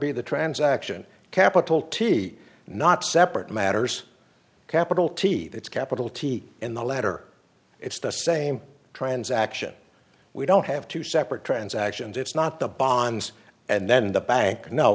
be the transaction capital t not separate matters capital t that's capital t in the letter it's the same transaction we don't have two separate transactions it's not the bonds and then the bank kno